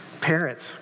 Parents